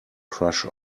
crush